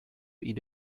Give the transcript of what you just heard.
eat